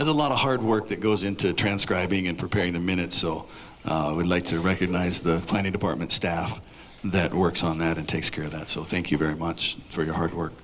there's a lot of hard work that goes into transcribing and preparing the minutes so i would like to recognize the planning department staff that works on that it takes care of that so thank you very much for your hard work